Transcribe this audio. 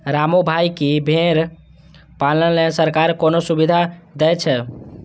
रामू भाइ, की भेड़ पालन लेल सरकार कोनो सुविधा दै छै?